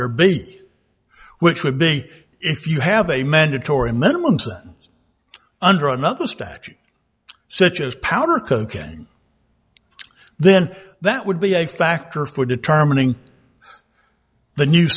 big which would be if you have a mandatory minimums under another statute such as powder cocaine then that would be a factor for determining the new